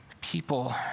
people